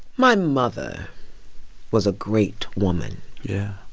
my mother was a great woman yeah?